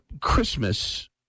Christmas